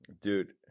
Dude